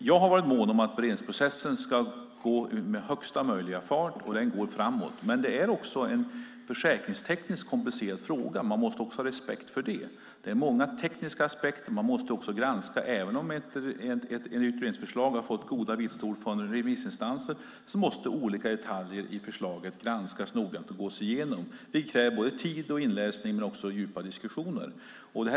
Jag har varit mån om att beredningsprocessen ska gå med högsta möjliga fart, och den går framåt. Det är dock en försäkringstekniskt komplicerad fråga, och det måste man ha respekt för. Det är många tekniska aspekter man måste granska. Även om ett utredningsförslag har fått goda vitsord från remissinstanserna måste man noggrant granska och gå igenom olika detaljer i förslaget. Det kräver tid, inläsning och djupa diskussioner.